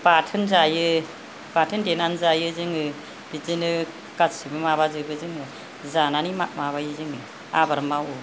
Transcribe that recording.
बाथोन जायो बाथोन देनानै जायो जोङो बिदिनो गासिबो माबाजोबो जोङो जानानै माबायो जोङो आबाद मावो